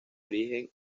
origen